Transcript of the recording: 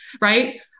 Right